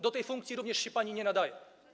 Do tej funkcji również się pani nie nadaje.